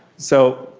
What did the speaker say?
so,